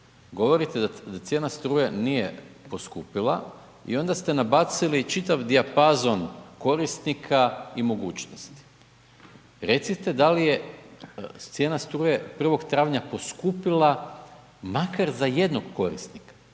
Govorite da cijena struje nije poskupila i onda ste nabacili čitav dijapazon korisnika i mogućnosti. Recite da li je cijena struje 1. 4. poskupila makar za jednog korisnika?